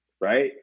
right